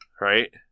right